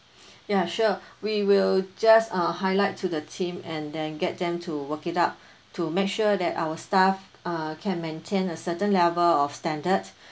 ya sure we will just uh highlight to the team and then get them to work it out to make sure that our staff uh can maintain a certain level of standard